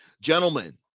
Gentlemen